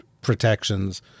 protections